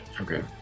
Okay